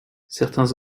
certains